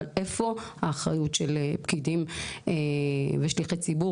אבל איפה האחריות של פקידים ושליחי ציבור,